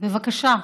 בבקשה,